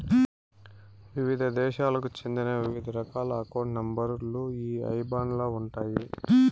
వివిధ దేశాలకు చెందిన వివిధ రకాల అకౌంట్ నెంబర్ లు ఈ ఐబాన్ లో ఉంటాయి